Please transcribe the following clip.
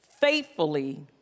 faithfully